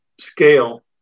scale